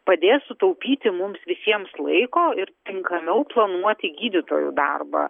padės sutaupyti mums visiems laiko ir tinkamiau planuoti gydytojų darbą